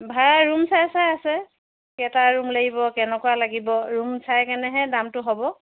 ভাড়া ৰুম চাই চাই আছে কেইটা ৰুম লাগিব কেনেকুৱা লাগিব ৰুম চাই কেনেহে দামটো হ'ব